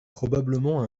probablement